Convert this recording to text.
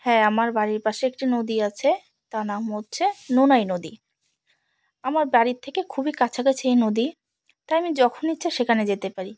হ্যাঁ আমার বাড়ির পাশে একটি নদী আছে তার নাম হচ্ছে নুনাই নদী আমার বাড়ির থেকে খুবই কাছাকাছি এই নদী তাই আমি যখন ইচ্ছা সেখানে যেতে পারি